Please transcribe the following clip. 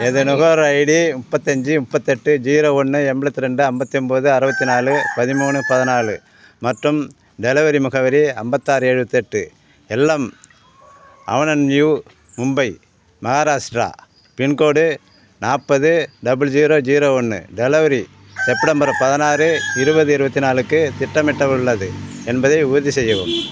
எனது நுகர்வோர் ஐடி முப்பத்தஞ்சு முப்பத்தெட்டு ஜீரோ ஒன்று எம்பலத்தி ரெண்டு ஐம்பத்தி ஒம்போது அறுபத்தி நாலு பதிமூணு பதினாலு மற்றும் டெலிவரி முகவரி ஐம்பத்தாறு எழுபத்தெட்டு L M avenue Mumbai Maharashtra pincode நாற்பது டபுள் ஜீரோ ஜீரோ ஒன்று டெலிவரி செப்டம்பர் பதினாறு இருபது இருபத்தி நாலுக்கு திட்டமிட உள்ளது என்பதை உறுதி செய்யவும்